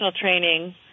training